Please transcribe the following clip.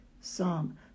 Psalm